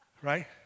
Right